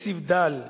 בתקציב דל,